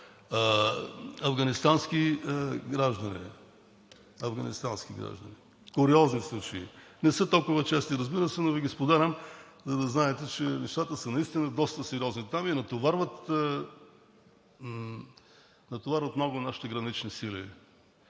афганистански граждани. Куриозни случаи. Не са толко чести, разбира се, но Ви ги споделям, за да знаете, че нещата са наистина доста сериозни там и натоварват нашите гранични сили.